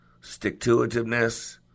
stick-to-itiveness